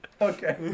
Okay